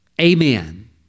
Amen